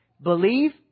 Believe